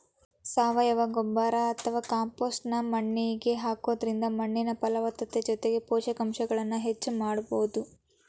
ಸಾವಯವ ಗೊಬ್ಬರ ಅತ್ವಾ ಕಾಂಪೋಸ್ಟ್ ನ್ನ ಮಣ್ಣಿಗೆ ಹಾಕೋದ್ರಿಂದ ಮಣ್ಣಿನ ಫಲವತ್ತತೆ ಜೊತೆಗೆ ಪೋಷಕಾಂಶಗಳನ್ನ ಹೆಚ್ಚ ಮಾಡಬೋದು